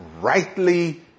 rightly